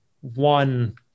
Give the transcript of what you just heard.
one